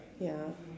ya